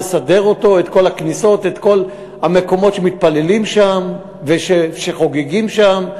לסדר את כל הכניסות אל כל המקומות שמתפללים שם וחוגגים שם.